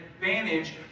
advantage